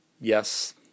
yes